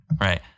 right